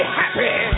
happy